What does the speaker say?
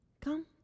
Come